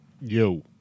Yo